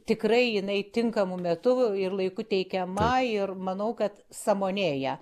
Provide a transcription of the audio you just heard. tikrai jinai tinkamu metu ir laiku teikiama ir manau kad sąmonėja